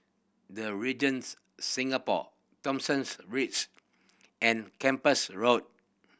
The Regents Singapore Thomsons Ridges and Kempas Road